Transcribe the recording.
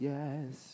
Yes